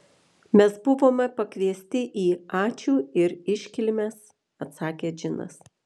mes buvome pakviesti į ačiū ir iškilmes atsakė džinas